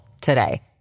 today